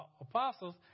apostles